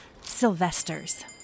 Sylvester's